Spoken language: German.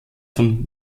von